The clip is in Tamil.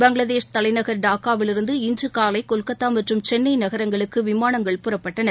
பங்களாதேஷ் தலைநகர் டாக்காவிலிருந்து இன்று காலை கொல்கத்தா மற்றம் சென்னை நகரங்களுக்கு விமானங்கள் புறப்பட்டன